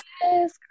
Yes